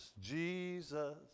Jesus